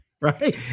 Right